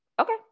Okay